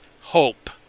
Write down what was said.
hope